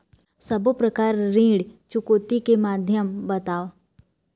सब्बो प्रकार ऋण चुकौती के माध्यम बताव?